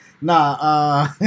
Nah